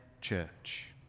church